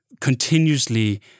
continuously